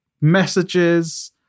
messages